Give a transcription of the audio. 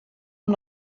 amb